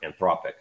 Anthropic